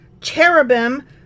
cherubim